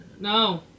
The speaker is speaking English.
No